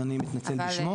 אז אני מתנצל בשמו.